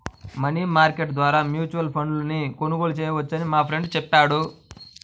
money market ద్వారా mutual ఫండ్ను కొనుగోలు చేయవచ్చని మా ఫ్రెండు చెప్పాడు